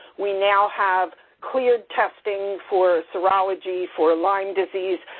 we now have clear testing for serology for lyme disease,